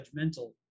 judgmental